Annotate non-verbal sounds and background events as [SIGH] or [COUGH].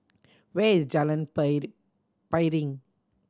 where is Jalan [UNINTELLIGIBLE] Piring